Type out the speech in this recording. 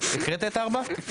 הקראת את 4?